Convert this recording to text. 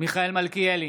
מיכאל מלכיאלי,